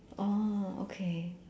oh okay